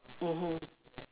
mmhmm